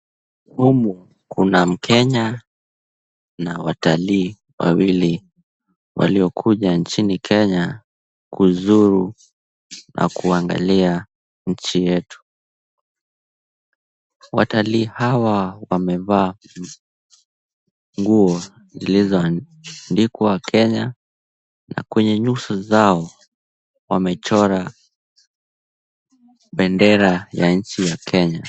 Humu kuna mkenya na watalii wawili waliokuja nchini Kenya kuzuru na kuangalia nchi yetu. Watalii hawa wamevaa nguo zilizoandikwa Kenya na kwenye nyuso zao wamechora bendera ya nchi ya Kenya.